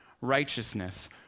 righteousness